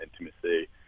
intimacy